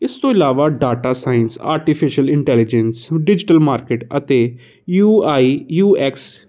ਇਸ ਤੋਂ ਇਲਾਵਾ data science artificial intelligence digital market ਅਤੇ ਯੂ ਆਈ ਯੂ ਐਕਸ